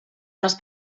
unes